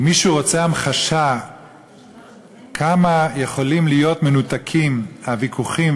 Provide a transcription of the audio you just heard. אם מישהו רוצה המחשה כמה מנותקים יכולים להיות הוויכוחים